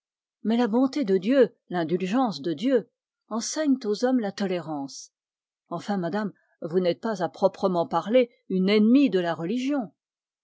mais la bonté de dieu l'indulgence de dieu enseignent aux hommes la tolérance enfin madame vous n'êtes pas à proprement parler une ennemie de la religion